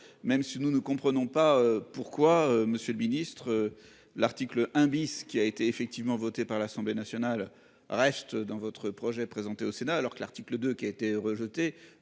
même si nous ne comprenons pas pourquoi monsieur le Ministre. L'article 1 bis qui a été effectivement voté par l'Assemblée nationale reste dans votre projet présenté au Sénat alors que l'article 2 qui a été rejetée.